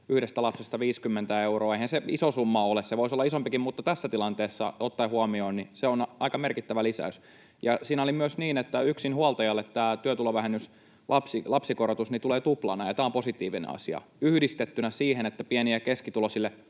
yhdestä lapsesta 50 euroa. Eihän se iso summa ole, se voisi olla isompikin, mutta ottaen huomioon tämän tilanteen se on aika merkittävä lisäys. Siinä oli myös niin, että yksinhuoltajalle tämä työtulovähennyksen lapsikorotus tulee tuplana, ja tämä on positiivinen asia yhdistettynä siihen, että pieni- ja keskituloisille